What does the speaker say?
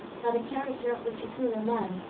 but the character of the superior man,